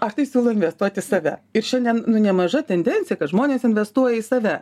aš tai siūlau investuot į save ir šiandien nemaža tendencija kad žmonės investuoja į save